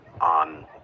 on